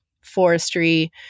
forestry